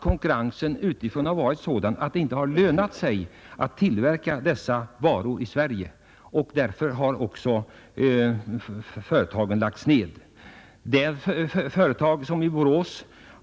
Konkurrensen utifrån har varit så hård att det inte har lönat sig att tillverka varorna här i Sverige. Därför har de företag som tidigare producerat sådana varor lagts ned.